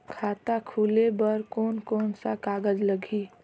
खाता खुले बार कोन कोन सा कागज़ लगही?